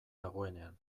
dagoenean